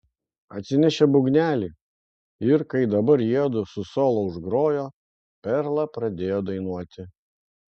atsinešė būgnelį ir kai dabar jiedu su solo užgrojo perla pradėjo dainuoti